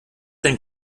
denn